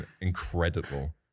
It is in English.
incredible